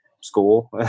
school